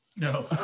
No